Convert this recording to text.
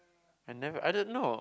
and then I don't know